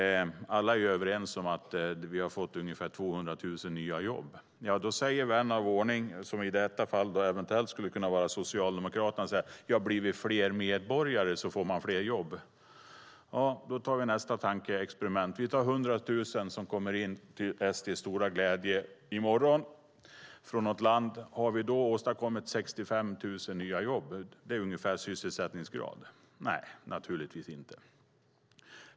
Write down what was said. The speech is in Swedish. Alla är överens om att vi fått ungefär 200 000 nya jobb. Då säger vän av ordning, som i detta fall eventuellt skulle kunna vara Socialdemokraterna, att om vi blir fler medborgare får vi fler jobb. Låt oss göra nästa tankeexperiment. Vi säger att 100 000 kommer hit från något land i morgon - till SD:s stora glädje. Har vi då åstadkommit 65 000 nya jobb? Det är ungefär sysselsättningsgraden. Nej, naturligtvis inte.